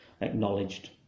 acknowledged